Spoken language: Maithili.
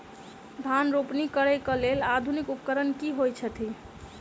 धान रोपनी करै कऽ लेल आधुनिक उपकरण की होइ छथि?